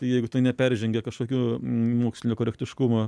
tai jeigu tai neperžengia kažkokio mokslinio korektiškumo